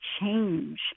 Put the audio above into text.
change